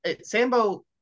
Sambo